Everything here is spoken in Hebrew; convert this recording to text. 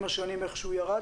עם השנים איך הוא ירד,